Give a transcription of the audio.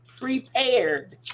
prepared